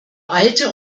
alte